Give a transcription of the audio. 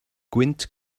gwynt